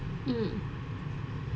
mm